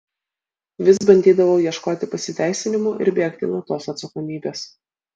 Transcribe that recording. vis bandydavau ieškoti pasiteisinimų ir bėgti nuo tos atsakomybės